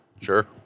Sure